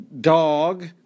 dog